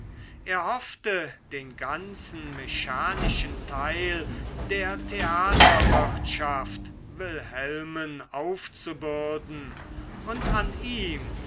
er hoffte den ganzen mechanischen teil der theaterwirtschaft wilhelmen aufzubürden und an ihm